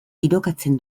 tirokatzen